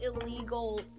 illegal